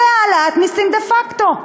זאת העלאת מסים דה-פקטו.